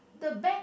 the back